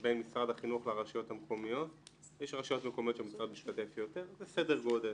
היא מצב של בחירה הורית --- זה לא כרגע.